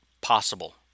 possible